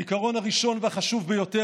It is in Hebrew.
העיקרון הראשון והחשוב ביותר,